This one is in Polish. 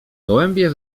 gołębie